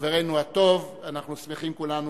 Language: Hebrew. חברנו הטוב, אנחנו שמחים כולנו